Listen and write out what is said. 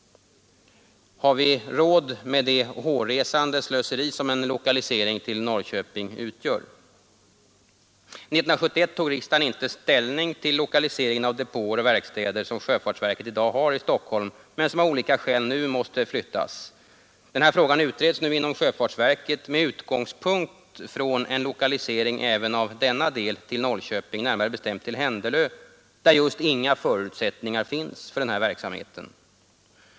Har vi råd med det hårresande slöseri som en lokalisering till Norrköping utgör? År 1971 tog riksdagen inte ställning till lokaliseringen av de depåer och verkstäder, som sjöfartsverket i dag har i Stockholm, men som av olika skäl nu måste flyttas. Den frågan utreds nu inom sjöfartsverket med utgångspunkt i en lokalisering även av denna del till Norrköping, närmare bestämt till Händelö, där just inga förutsättningar finns för den verksamheten.